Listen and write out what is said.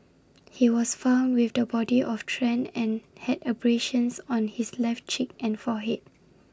he was found with the body of Tran and had abrasions on his left cheek and forehead